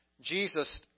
Jesus